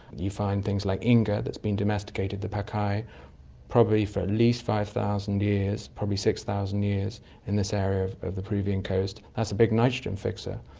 you find things like inga that's been domesticated, the pacay, probably for at least five thousand years, probably six thousand years in this area of of the peruvian coast. that's a big nitrogen-fixer.